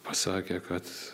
pasakė kad